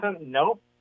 Nope